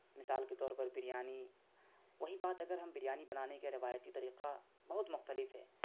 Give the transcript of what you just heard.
مثال کے طور پر بریانی وہیں بات اگر ہم بریانی بنانے کے روایتی طریقہ بہت مختلف ہے